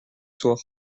soir